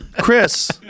Chris